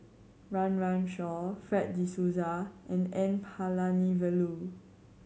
Run Run Shaw Fred De Souza and N Palanivelu